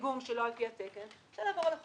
פיגום שלא על פי התקן --- לעבור על החוק.